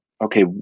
okay